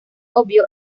obvio